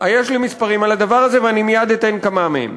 יש לי מספרים על הדבר הזה, ואני מייד אתן כמה מהם.